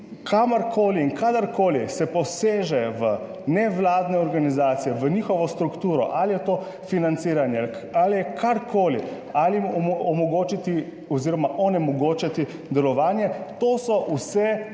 kamorkoli in kadarkoli se poseže v nevladne organizacije, v njihovo strukturo ali je to financiranje ali je karkoli ali jim omogočiti oziroma onemogočiti delovanje, to so vse vaše